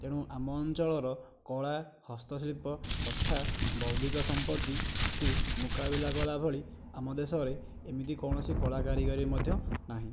ତେଣୁ ଆମ ଅଞ୍ଚଳର କଳା ହସ୍ତଶିଳ୍ପ ତଥା ବୌଦ୍ଧିକ ସମ୍ପତ୍ତିକୁ ମୁକାବିଲା କଲାଭଳି ଆମ ଦେଶରେ ଏମିତି କୌଣସି କଳାକାରିଗରୀ ମଧ୍ୟ ନାହିଁ